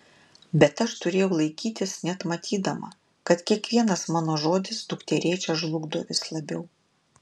bet aš turėjau laikytis net matydama kad kiekvienas mano žodis dukterėčią žlugdo vis labiau